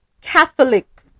Catholic